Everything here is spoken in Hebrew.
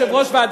וגם